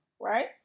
right